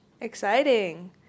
Exciting